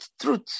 truth